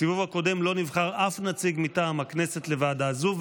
בסיבוב הקודם לא נבחר אף נציג מטעם הכנסת לוועדה זו.